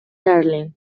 darling